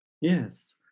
yes